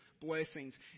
Blessings